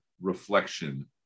reflection